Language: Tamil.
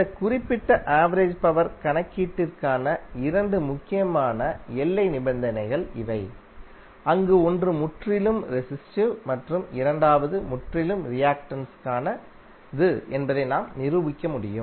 இந்த குறிப்பிட்ட ஆவரேஜ் பவர் கணக்கீட்டிற்கான இரண்டு முக்கியமான எல்லை நிபந்தனைகள் இவை அங்கு ஒன்று முற்றிலும் ரெஸிஸ்டிவ் மற்றும் இரண்டாவது முற்றிலும் ரியாக்டன்ஸ் க்கானது என்பதை நாம் நிரூபிக்க முடியும்